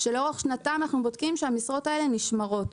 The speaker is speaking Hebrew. שאנחנו בודקים שהמשרות האלה נשמרות.